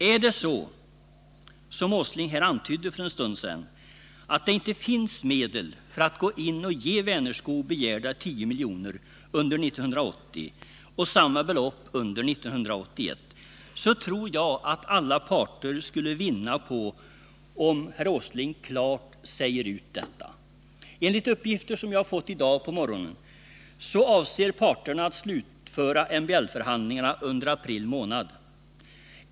Är det så att det inte finns medel för att gå in och ge Vänerskog begärda 10 milj.kr. under 1980 och samma belopp under 1981, tror jag att alla parter skulle vinna på om Nils Åsling klart säger ut detta. Enligt uppgifter som jag fått i dag på morgonen avser parterna att slutföra MBL-förhandlingarna under april månad.